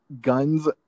guns